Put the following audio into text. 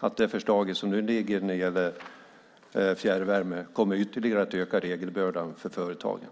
att det förslag som nu finns om fjärrvärme ytterligare kommer att öka regelbördan för företagen.